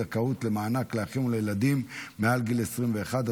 זכאות למענק לאחים ולילדים מעל גיל 21),